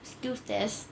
stills test